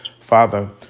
Father